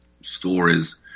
stories